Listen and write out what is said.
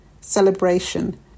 celebration